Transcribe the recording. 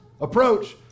approach